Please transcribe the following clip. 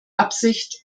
absicht